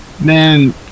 man